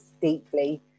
deeply